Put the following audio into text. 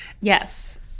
Yes